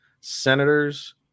Senators